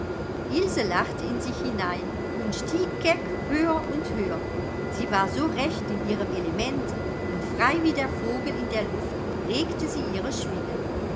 lachte in sich hinein und stieg keck höher und höher sie war so recht in ihrem elemente und frei wie der vogel in der luft regte sie ihre schwingen